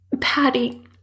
Patty